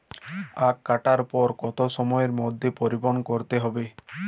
আখ কাটার পর কত সময়ের মধ্যে পরিবহন করতে হবে?